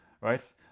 right